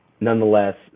nonetheless